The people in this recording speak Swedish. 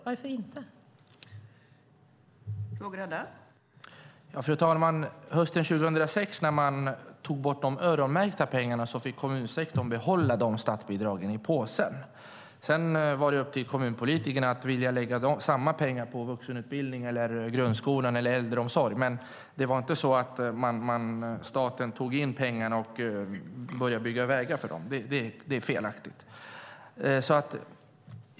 Varför gör ni inte det?